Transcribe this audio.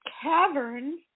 cavern